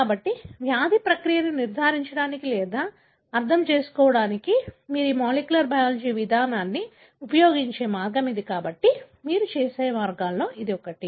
కాబట్టి వ్యాధి ప్రక్రియను నిర్ధారించడానికి లేదా అర్థం చేసుకోవడానికి మీరు ఈ మాలిక్యులర్ బయాలజీ విధానాన్ని ఉపయోగించే మార్గం ఇది కాబట్టి మీరు చేసే మార్గాలలో ఇది ఒకటి